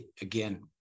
Again